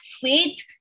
faith